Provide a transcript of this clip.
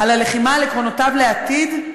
על הלחימה על עקרונותיו לעתיד,